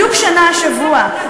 בדיוק שנה השבוע,